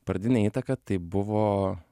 pradinė įtaka tai buvo